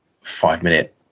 five-minute